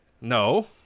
no